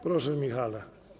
Proszę, Michale.